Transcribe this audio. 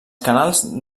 canals